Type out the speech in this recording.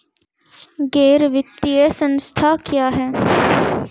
गैर वित्तीय संस्था क्या है?